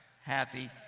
happy